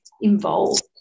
involved